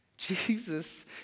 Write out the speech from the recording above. Jesus